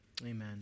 amen